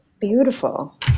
Beautiful